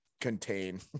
contain